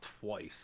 twice